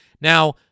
Now